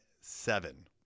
seven